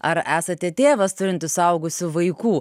ar esate tėvas turintis suaugusių vaikų